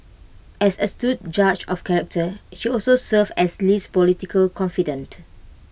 as astute judge of character she also served as Lee's political confidante